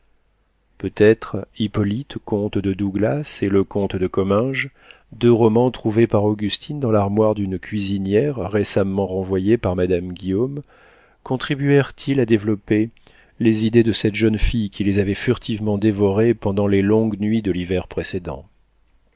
peut-être hippolyte comte de douglas et le comte de comminges deux romans trouvés par augustine dans l'armoire d'une cuisinière récemment renvoyée par madame guillaume contribuèrent ils à développer les idées de cette jeune fille qui les avait furtivement dévorés pendant les longues nuits de l'hiver précédent